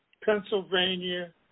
Pennsylvania